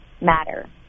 matter